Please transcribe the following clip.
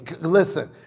listen